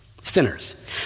sinners